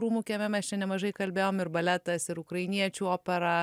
rūmų kieme mes čia nemažai kalbėjom ir baletas ir ukrainiečių opera